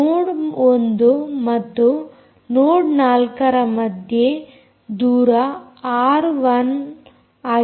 ನೋಡ್ 1 ಮತ್ತು ನೋಡ್ 4ರ ಮಧ್ಯೆ ದೂರ ಆರ್1 ಆಗಿದೆ